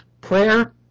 Prayer